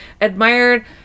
admired